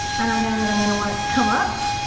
and i know that i'm gonna want it to come up